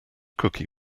cookie